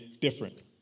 different